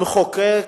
המחוקק,